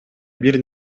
бир